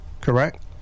correct